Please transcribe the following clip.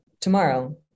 tomorrow